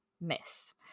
Miss